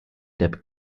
der